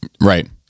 Right